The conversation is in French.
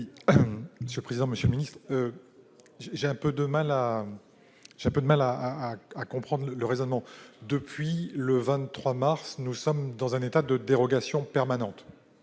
pour explication de vote. J'ai un peu de mal à comprendre le raisonnement. Depuis le 23 mars, nous sommes dans un état de dérogation permanente.